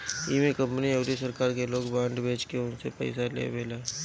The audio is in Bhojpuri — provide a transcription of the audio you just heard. इमे कंपनी अउरी सरकार लोग के बांड बेच के उनसे पईसा लेवेला